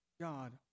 God